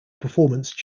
performance